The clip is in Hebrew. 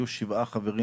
יהיו שבעה חברים,